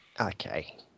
Okay